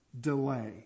delay